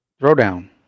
Throwdown